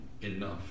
enough